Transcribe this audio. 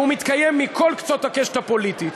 והוא מתקיים מכל קצות הקשת הפוליטית,